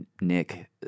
Nick